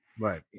Right